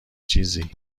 چیزی